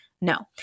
No